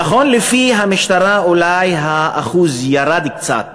נכון, לפי המשטרה אולי האחוז ירד קצת